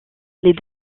les